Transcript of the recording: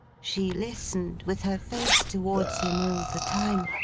she listened, with her face towards him all the time.